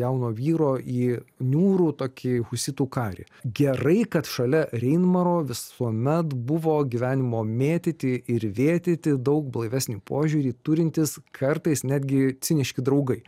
jauno vyro į niūrų tokį husitų karį gerai kad šalia reinmaro visuomet buvo gyvenimo mėtyti ir vėtyti daug blaivesnį požiūrį turintys kartais netgi ciniški draugai